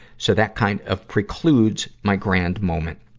so that kind of precludes my grand moment.